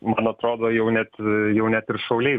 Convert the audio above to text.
man atrodo jau net jau net ir šauliai